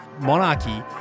monarchy